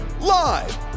Live